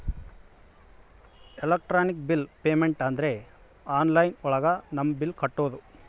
electronic bill payment ಅಂದ್ರೆ online ಒಳಗ ನಮ್ ಬಿಲ್ ಕಟ್ಟೋದು